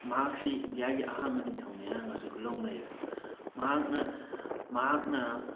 ꯃꯍꯥꯛꯁꯤ ꯏꯟꯗꯤꯌꯥꯒꯤ ꯑꯍꯥꯟꯕ ꯅꯤꯡꯊꯧꯅꯤ ꯍꯥꯏꯔꯒꯁꯨ ꯂꯧꯅꯩꯑꯦꯕ ꯃꯍꯥꯛꯅ ꯃꯍꯥꯛꯅ